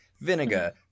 vinegar